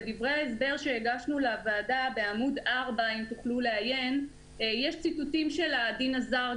בדברי ההסבר שהגשנו לוועדה יש בעמ' 4 ציטוטים של הדין הזר,